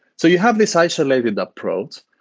so you have this isolated approach,